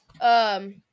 Um-